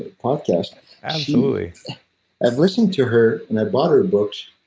ah podcast absolutely i've listened to her and i bought her books,